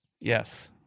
Yes